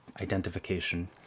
identification